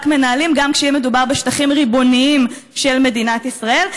מנהלים גם כשיהיה מדובר בשטחים ריבוניים של מדינת ישראל?